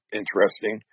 interesting